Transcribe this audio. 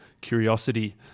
curiosity